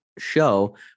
Show